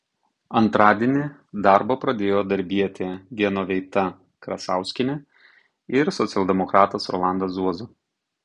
antradienį darbą pradėjo darbietė genoveita krasauskienė ir socialdemokratas rolandas zuoza